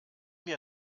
wir